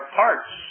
parts